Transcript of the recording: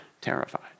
terrified